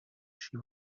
she